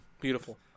Beautiful